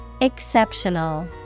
Exceptional